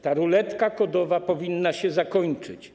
Ta ruletka kodowa powinna się zakończyć.